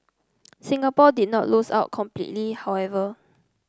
Singapore did not lose out completely however